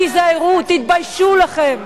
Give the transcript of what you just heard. תיזהרו, תתביישו לכם.